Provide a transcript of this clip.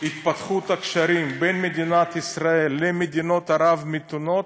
את התפתחות הקשרים בין מדינת ישראל למדינות ערב המתונות